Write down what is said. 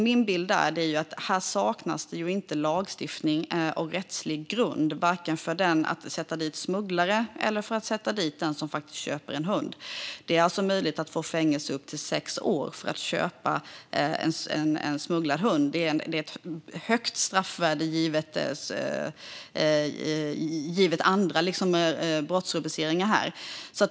Min bild är att det inte saknas vare sig lagstiftning eller rättslig grund för att sätta dit smugglare eller för att sätta dit den som faktiskt köper en hund. Det är alltså möjligt att få fängelse i upp till sex år för att ha köpt en smugglad hund. Det är ett högt straffvärde givet andra brottsrubriceringar.